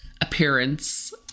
appearance